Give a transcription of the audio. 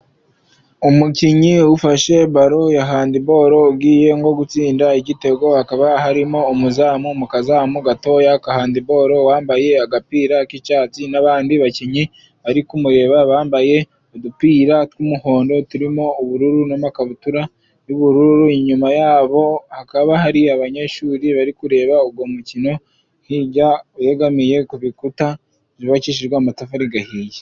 Umukinnyi ufashe balo ya handibolo ugiye nko gutsinda igitego hakaba harimo umuzamu mu kazamu gatoya ka hanndibalo .Uwambaye agapira k'icyatsi n'abandi bakinnyi bari kumureba, bambaye udupira tw'umuhondo turimo ubururu n'amakabutura y'ubururu ,inyuma yabo hakaba hari abanyeshuri bari kureba uwo mukino hirya yegamiye ku bikuta byubakishijwe amatafari ahiye.